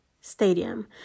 Stadium